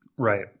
Right